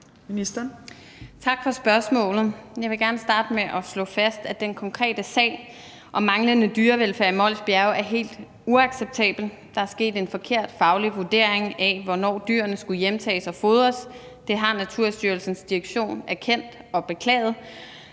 Tak for spørgsmålet. Jeg vil gerne starte med at slå fast, at den konkrete sag om manglende dyrevelfærd i Mols Bjerge er helt uacceptabel. Der er sket en forkert faglig vurdering af, hvornår dyrene skulle hjemtages og fodres. Det har Naturstyrelsens direktion erkendt og beklaget.